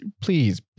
please